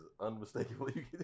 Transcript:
unmistakably